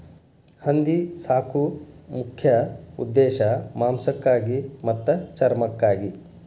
ಹಂದಿ ಸಾಕು ಮುಖ್ಯ ಉದ್ದೇಶಾ ಮಾಂಸಕ್ಕಾಗಿ ಮತ್ತ ಚರ್ಮಕ್ಕಾಗಿ